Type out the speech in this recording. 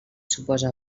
suposa